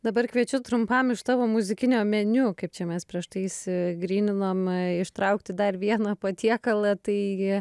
dabar kviečiu trumpam iš tavo muzikinio meniu kaip čia mes prieš tai išsigryninom ištraukti dar vieną patiekalą taigi